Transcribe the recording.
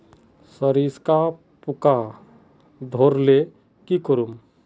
सरिसा पूका धोर ले की करूम?